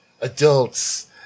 Adults